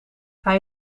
hij